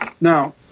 now